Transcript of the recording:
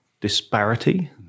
disparity